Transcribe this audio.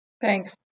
Thanks